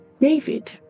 David